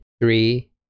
three